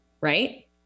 right